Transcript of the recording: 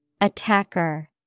Attacker